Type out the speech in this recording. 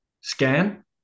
scan